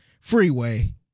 freeway